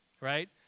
right